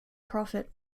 profit